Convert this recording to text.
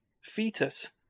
fetus